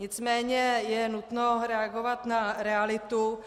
Nicméně je nutno reagovat na realitu.